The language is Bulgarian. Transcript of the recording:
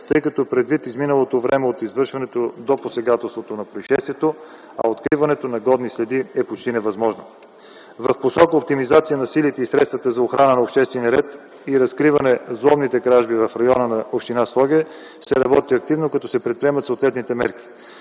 тези кражби, предвид изминалото време от извършването на посегателството, от произшествието и откриването на годни следи е почти невъзможно. В посока оптимизация на силите и средствата за охрана на обществения ред и разкриване на взломните кражби в района на община Своге се работи активно, като се предприемат съответните мерки.